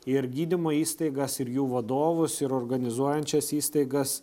ir gydymo įstaigas ir jų vadovus ir organizuojančias įstaigas